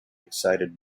excited